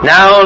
Now